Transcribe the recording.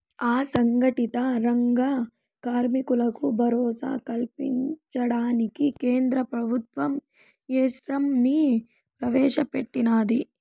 అసంగటిత రంగ కార్మికులకు భరోసా కల్పించడానికి కేంద్ర ప్రభుత్వం ఈశ్రమ్ ని ప్రవేశ పెట్టినాది